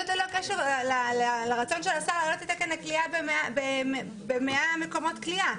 זה ללא קשר לרצון של השר להעלות את תקן הכליאה ב-100 מקומות כליאה.